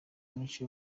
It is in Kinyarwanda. menshi